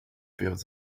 filled